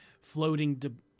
floating